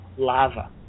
lava